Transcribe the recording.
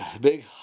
big